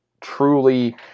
truly